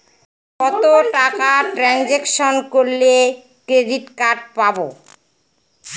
কত টাকা ট্রানজেকশন করলে ক্রেডিট কার্ড পাবো?